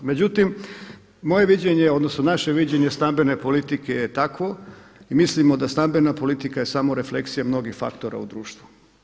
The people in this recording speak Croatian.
Međutim, moje viđenje, odnosno naše viđenje stambene politike je takvo i mislimo da stambena politika je samo refleksija mnogih faktora u društvu.